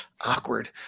Awkward